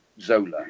Zola